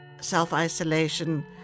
self-isolation